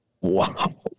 Wow